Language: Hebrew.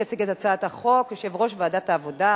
יציג את הצעת החוק יושב-ראש ועדת העבודה,